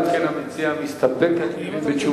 אם כן, המציע מסתפק בתשובה.